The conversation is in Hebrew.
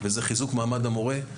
וזה חיזוק מעמד המורה.